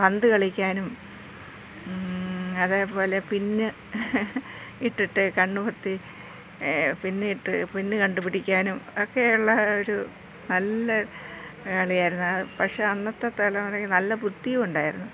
പന്ത് കളിക്കാനും അതേപോലെ പിന്നെ ഇട്ടിട്ട് കണ്ണു പൊത്തി പിന്ന ഇട്ട് പിന്ന് കണ്ടു പിടിക്കാനും ഒക്കെയള്ള ഒരു നല്ല കളിയായിരുന്നു പക്ഷെ അന്നത്തെ തലമുറ നല്ല ബുദ്ധിയും ഉണ്ടായിരുന്നു